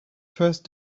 first